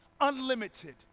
unlimited